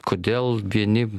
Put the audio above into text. kodėl vieni